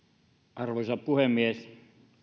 arvoisa puhemies